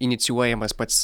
inicijuojamas pats